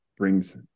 Brings